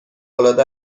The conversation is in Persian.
العاده